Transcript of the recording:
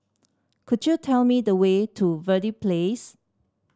could you tell me the way to Verde Place